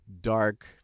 dark